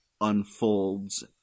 unfolds